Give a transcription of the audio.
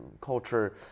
culture